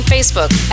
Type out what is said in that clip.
Facebook